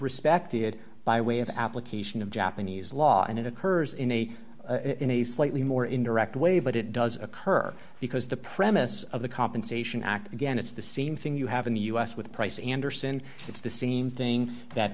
respected by way of application of japanese law and it occurs in a in a slight the more indirect way but it does occur because the premise of the compensation act again it's the same thing you have in the us with price anderson it's the same thing that